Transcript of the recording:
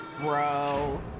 Bro